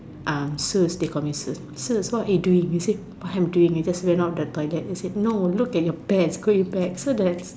they call me look at your pants